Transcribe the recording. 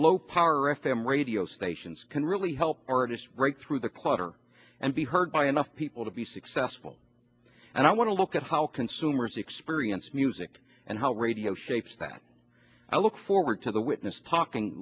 low power f m radio stations can really help or just break through the clutter and be heard by enough people to be successful and i want to look at how consumers experience music and how radio shapes that i look forward to the witness talking